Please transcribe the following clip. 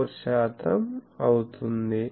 4 శాతం అవుతుంది